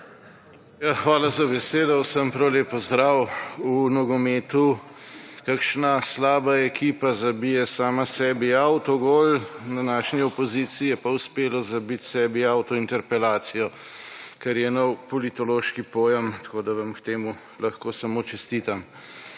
Hvala za besedo. Vsem prav lep pozdrav. V nogometu kakšna slaba ekipa zabija sama sebi avtogol, današnji opoziciji je pa uspelo zabiti sebi avtointerpelacijo, kar je nov politološki pojem, tako da vam k temu lahko samo čestitam.